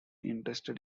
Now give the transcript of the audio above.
interested